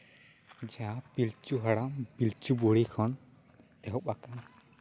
ᱡᱟᱦᱟᱸ ᱯᱤᱞᱪᱩ ᱦᱟᱲᱟᱢ ᱯᱤᱞᱪᱩ ᱵᱩᱲᱦᱤ ᱠᱷᱚᱱ ᱮᱦᱚᱵ ᱟᱠᱟᱱᱟ